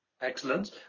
Excellent